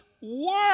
work